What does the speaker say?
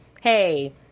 hey